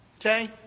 okay